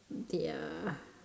they are